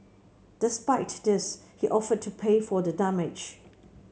despite this he offered to pay for the damage